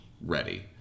ready